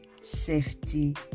safety